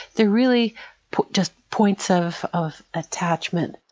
they're really just points of of attachment.